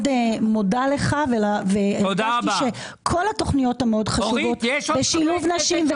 אני מאוד מודה לך על כך שכל התכניות המאוד חשובות לשילוב נשים,